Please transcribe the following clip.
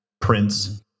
Prince